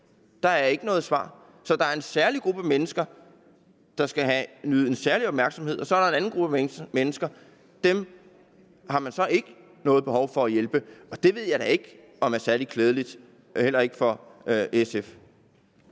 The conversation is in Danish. Der er ikke noget svar. Så der er én gruppe af mennesker, der skal nyde en særlig opmærksomhed, og så er der en anden gruppe af mennesker, som man så ikke har noget behov for at hjælpe. Og det ved jeg da ikke om er særlig klædeligt, heller ikke for SF.